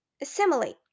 assimilate